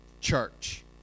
church